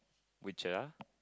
which are